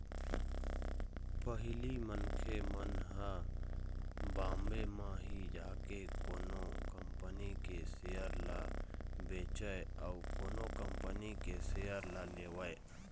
पहिली मनखे मन ह बॉम्बे म ही जाके कोनो कंपनी के सेयर ल बेचय अउ कोनो कंपनी के सेयर ल लेवय